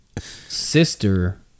sister